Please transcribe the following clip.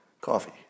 coffee